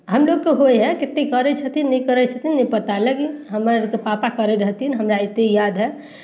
हमलोगके होइ हइ कतेक करै छथिन नहि करै छथिन नहि पता लागि हमर तऽ पापा करै रहथिन हमरा एतेक याद हइ